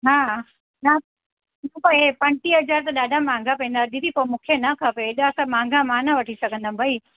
हा न इहो हे पंजटीह हज़ार त ॾाढा महांगा पवंदा दीदी पोइ मूंखे न खपे एॾा त महांगा मां न वठी सघंदमि भई